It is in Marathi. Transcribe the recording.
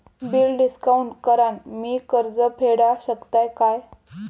बिल डिस्काउंट करान मी कर्ज फेडा शकताय काय?